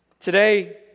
Today